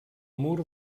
mur